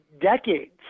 decades